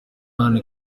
anne